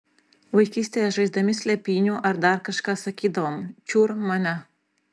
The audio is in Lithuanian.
vaikystėje žaisdami slėpynių ar dar kažką sakydavom čiur mane